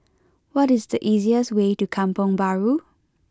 what is the easiest way to Kampong Bahru